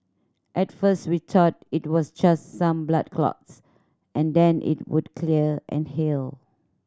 at first we thought it was just some blood clots and then it would clear and heal